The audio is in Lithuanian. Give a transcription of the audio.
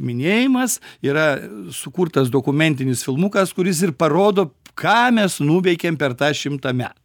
minėjimas yra sukurtas dokumentinis filmukas kuris ir parodo ką mes nuveikėm per tą šimtą metų